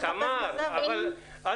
תמר, רגע.